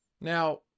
Now